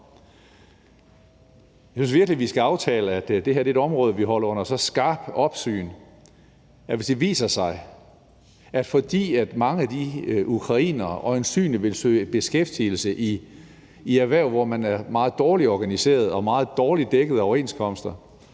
Jeg synes virkelig, vi skal aftale, at det her er et område, vi holder under skarpt opsyn, hvis det viser sig, at mange af de ukrainere øjensynligt vil søge beskæftigelse i erhverv, hvor man er meget dårligt organiseret og meget dårligt dækket af overenskomster